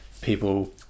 people